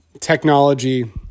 technology